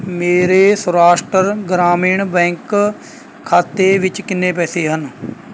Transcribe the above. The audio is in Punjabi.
ਮੇਰੇ ਸੌਰਾਸ਼ਟਰ ਗ੍ਰਾਮੀਣ ਬੈਂਕ ਖਾਤੇ ਵਿੱਚ ਕਿੰਨੇ ਪੈਸੇ ਹਨ